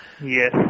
Yes